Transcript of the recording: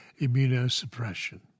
immunosuppression